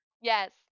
Yes